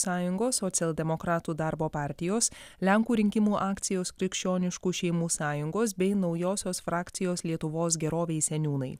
sąjungos socialdemokratų darbo partijos lenkų rinkimų akcijos krikščioniškų šeimų sąjungos bei naujosios frakcijos lietuvos gerovei seniūnai